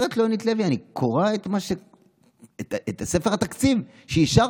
אומרת לו יונית לוי: אני קוראת את ספר התקציב שאישרתם.